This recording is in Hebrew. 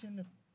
לאומי.